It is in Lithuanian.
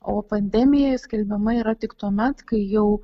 o pandemija skelbiama yra tik tuomet kai jau